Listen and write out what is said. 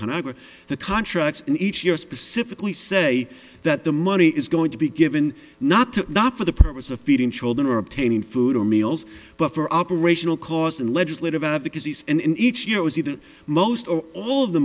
get the contracts in each year specifically say that the money is going to be given not to not for the purpose of feeding children or obtaining food or meals but for operational cost and legislative advocacies and each year was either most or all